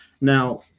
Now